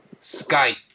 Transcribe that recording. Skype